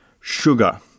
sugar